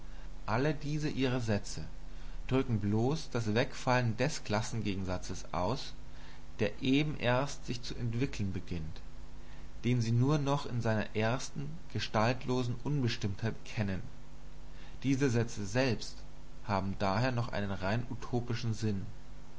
alle diese ihre sätze drücken bloß das wegfallen des klassengegensatzes aus der eben erst sich zu entwickeln beginnt den sie nur noch in seiner ersten gestaltlosen unbestimmtheit kennen diese sätze selbst haben daher noch einen rein utopistischen sinn